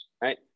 right